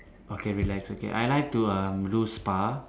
okay relax okay I like to um do spa